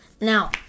Now